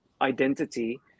identity